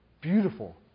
beautiful